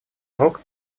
урок